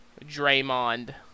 Draymond